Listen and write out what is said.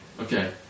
Okay